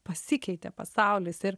pasikeitė pasaulis ir